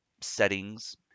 settings